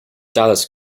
dallas